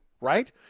right